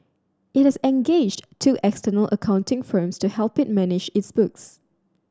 it has engaged two external accounting firms to help it manage its books